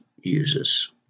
uses